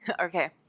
Okay